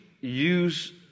use